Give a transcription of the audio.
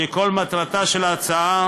וכל מטרתה של ההצעה